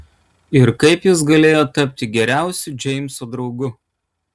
ir kaip jis galėjo tapti geriausiu džeimso draugu